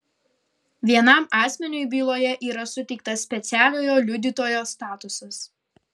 vienam asmeniui byloje yra suteiktas specialiojo liudytojo statusas